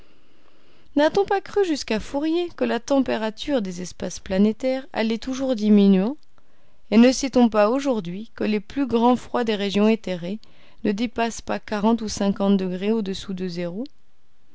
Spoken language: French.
n'a-t-on pas cru jusqu'à fourier que la température des espaces planétaires allait toujours diminuant et ne sait-on pas aujourd'hui que les plus grands froids des régions éthérées ne dépassent pas quarante ou cinquante degrés au-dessous de zéro